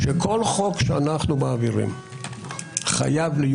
אני סבור שכל חוק שאנחנו מעבירים חייב להיות